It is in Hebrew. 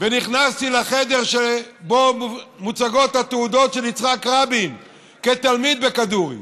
ונכנסתי לחדר שבו מוצגות התעודות של יצחק רבין כתלמיד בכדורי,